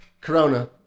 Corona